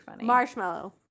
Marshmallow